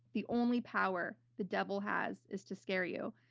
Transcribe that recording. the only power the devil has is to scare you.